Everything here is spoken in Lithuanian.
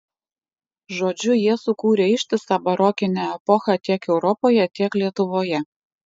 žodžiu jie sukūrė ištisą barokinę epochą tiek europoje tiek lietuvoje